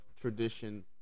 tradition